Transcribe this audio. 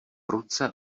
ruce